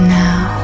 now